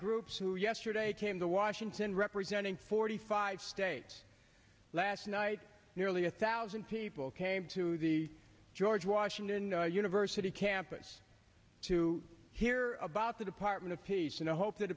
groups who yesterday came to washington representing forty five states last night nearly a thousand people came to the george washington university campus to hear about the department of peace and i hope that